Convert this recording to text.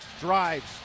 drives